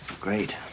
Great